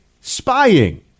spying